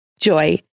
Joy